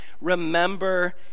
remember